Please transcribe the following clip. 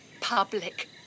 public